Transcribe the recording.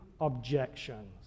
objections